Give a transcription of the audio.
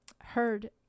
heard